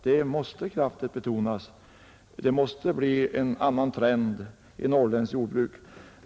Det måste kraftigt betonas. Det måste bli en annan trend i norrländskt jordbruk.